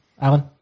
Alan